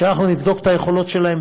שנבדוק את היכולות שלהם,